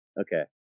Okay